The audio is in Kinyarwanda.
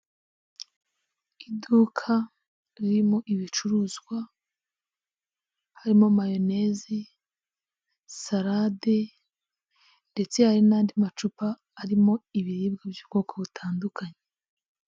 Iduka ririmo ibicuruzwa harimo: mayoneze, salade ndetse hari n'andi macupa arimo ibiribwa by'ubwoko butandukanye.